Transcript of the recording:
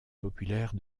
populaire